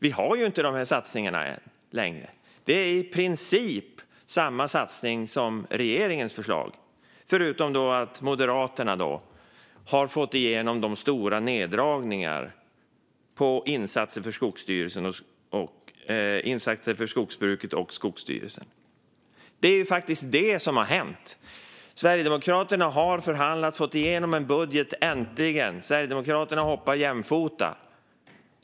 Vi har ju inte de här satsningarna längre. Det är i princip samma satsningar som i regeringens förslag, förutom att Moderaterna har fått igenom de stora neddragningarna på insatser för skogsbruket och Skogsstyrelsen. Det är faktiskt detta som har hänt. Sverigedemokraterna har äntligen förhandlat och fått igenom en budget och hoppar jämfota.